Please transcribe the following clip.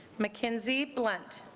mckinsey blant